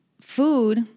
food